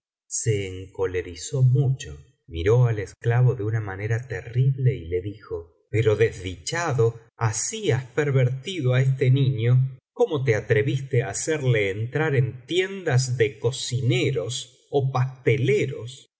se encolerizó mucho miró al esclavo de una manera terrible y le dijo pero desdichado así has pervertido á este niño cómo te atreviste á hacerle entrar en tiendas de cocineros ó pasteleros